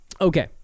Okay